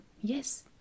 Yes